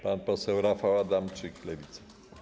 Pan poseł Rafał Adamczyk, Lewica.